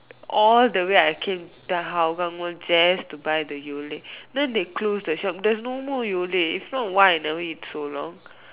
all the way I came to Hougang Mall just to buy the Yole then they close the shop there's no more Yole if not why I never eat so long